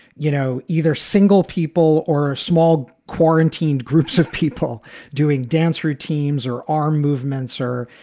you know, either single people or small quarantined groups of people doing dance routines or arm movements or,